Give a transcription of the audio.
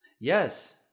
yes